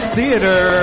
Theater